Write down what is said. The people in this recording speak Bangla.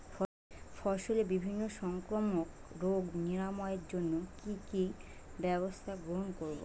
ফসলের বিভিন্ন সংক্রামক রোগ নিরাময়ের জন্য কি কি ব্যবস্থা গ্রহণ করব?